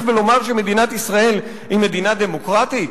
ולומר שמדינת ישראל היא מדינה דמוקרטית?